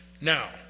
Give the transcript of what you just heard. Now